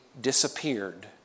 disappeared